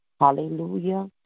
Hallelujah